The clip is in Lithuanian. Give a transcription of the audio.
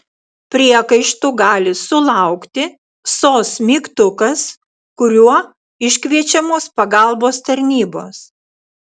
priekaištų gali sulaukti sos mygtukas kuriuo iškviečiamos pagalbos tarnybos